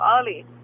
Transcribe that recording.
early